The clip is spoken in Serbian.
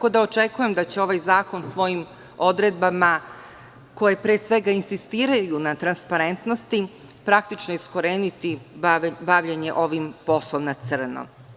Očekujem da će ovaj zakon svojim odredbama, koje insistiraju na transparentnosti, praktično iskoreniti bavljenje ovim poslom na crno.